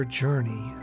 journey